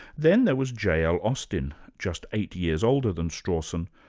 then there was j. l. austin, just eight years older than strawson,